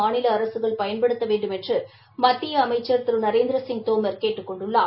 மாநில அரசுகள் பயன்படுத்த வேண்டுமென்று மத்திய அமைச்சர் திரு நரேந்திரசிய் தோமர் கேட்டுக் கொண்டுள்ளார்